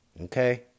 Okay